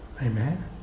Amen